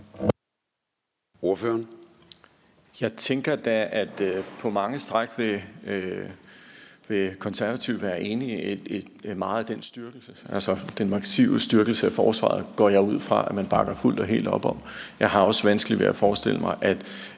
at Konservative på mange stræk vil være enige i meget af den styrkelse. Den massive styrkelse af forsvaret går jeg ud fra at Konservative bakker fuldt og helt op om. Jeg har også vanskeligt ved at forestille mig, at